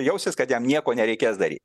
jausis kad jam nieko nereikės daryt